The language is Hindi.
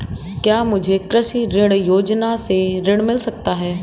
क्या मुझे कृषि ऋण योजना से ऋण मिल सकता है?